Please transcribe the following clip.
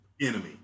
enemy